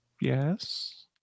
Yes